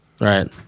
Right